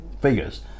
figures